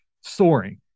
soaring